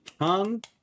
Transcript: hung